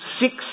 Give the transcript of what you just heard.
six